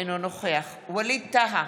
אינו נוכח ווליד טאהא,